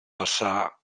passà